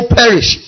perish